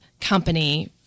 company